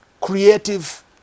creative